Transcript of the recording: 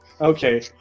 Okay